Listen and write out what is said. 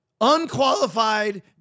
unqualified